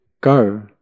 go